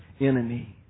enemy